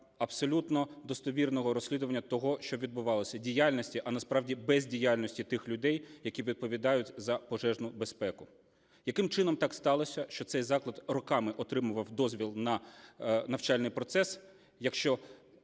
абсолютно достовірного розслідування того, що відбувалося: діяльності, а насправді бездіяльності тих людей, які відповідають за пожежну безпеку. Яким чином так сталося, що цей заклад роками отримував дозвіл на навчальний процес, якщо